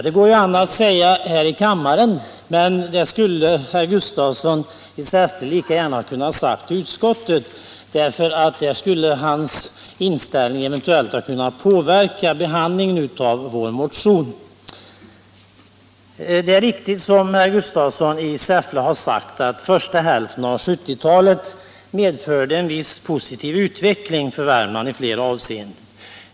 Det går ju an att säga det här i kammaren, men det skulle herr Gustafsson i Säffle lika gärna ha kunnat säga i utskottet. Där skulle ju hans inställning eventuellt ha kunnat påverka behandlingen av vår motion. Det är riktigt, som herr Gustafsson i Säffle sagt, att den första hälften av 1970-talet medförde en viss positiv utveckling för Värmland i flera avseenden.